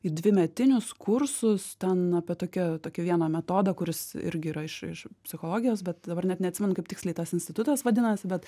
į dvimetinius kursus ten apie tokią tokį vieną metodą kuris irgi yra iš iš psichologijos bet dabar net neatsimenu kaip tiksliai tas institutas vadinasi bet